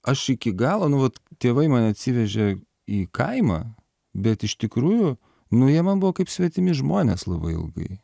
aš iki galo nu vat tėvai mane atsivežė į kaimą bet iš tikrųjų nu jie man buvo kaip svetimi žmonės labai ilgai